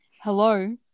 Hello